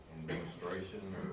administration